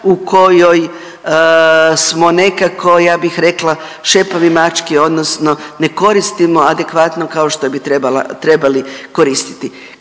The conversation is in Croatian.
u kojoj smo nekako, ja bih rekla, šepavi mački odnosno ne koristimo adekvatno, kao što bi trebali koristiti.